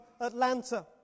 Atlanta